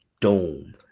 Dome